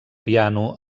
piano